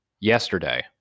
yesterday